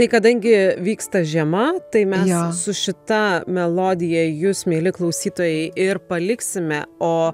tai kadangi vyksta žiema tai mes su šita melodija jus mieli klausytojai ir paliksime o